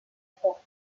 proies